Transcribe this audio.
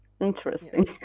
Interesting